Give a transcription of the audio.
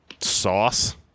sauce